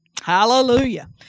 Hallelujah